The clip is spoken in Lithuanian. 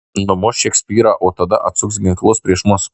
numuš šekspyrą o tada atsuks ginklus prieš mus